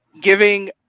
giving